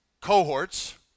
cohorts